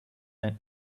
than